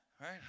right